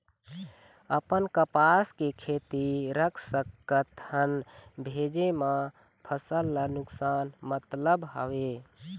अपन कपास के खेती रख सकत हन भेजे मा फसल ला नुकसान मतलब हावे?